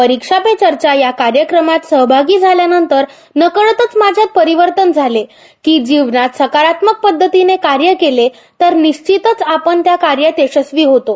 परीक्षेपे चर्चा या कार्यक्रमात सहभागी झाल्यानंतर नकळतच माझ्यात परिवर्तन झालेत की जीवनात सकारात्मक पदधतीने कार्य केले तर निश्चितच आपण त्या कार्यात यशस्वी होतो